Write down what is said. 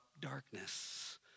darkness